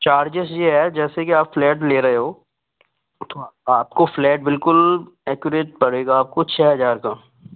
charges ये है जैसे कि आप फ्लैट ले रहे हो आपको फ्लैट बिल्कुल एक्यूरेट पड़ेगा कुछ छः हजार का